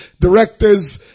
directors